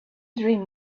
dream